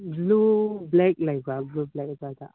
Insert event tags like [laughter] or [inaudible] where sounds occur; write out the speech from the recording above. blue black ꯂꯩꯕ꯭ꯔꯥ blue black [unintelligible]